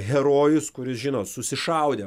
herojus kuris žinot susišaudė